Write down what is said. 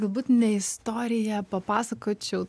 galbūt ne istoriją papasakočiau